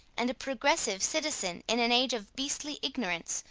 and a progressive citizen in an age of beastly ignorance,